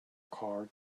car